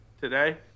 today